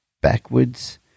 backwards